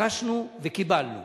דרשנו וקיבלנו